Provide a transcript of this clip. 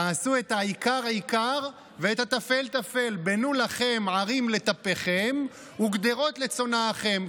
תעשו את העיקר עיקר ואת הטפל טפל: "בנו לכם ערים לטפכם וגדרות לצנאכם".